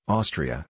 Austria